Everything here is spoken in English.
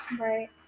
Right